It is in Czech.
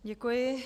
Děkuji.